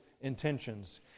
intentions